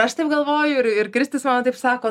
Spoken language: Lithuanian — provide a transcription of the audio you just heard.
aš taip galvoju ir ir kristis mano taip sako